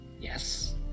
Yes